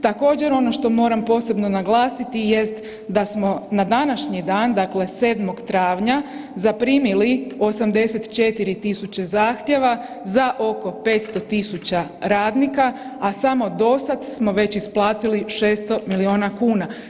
Također ono što moram posebno naglasiti jest da smo na današnji dan dakle 7.travnja zaprimili 84.000 zahtjeva za oko 500.000 radnika, a samo do sada smo već isplatili 600 milijuna kuna.